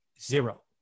zero